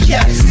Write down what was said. Yes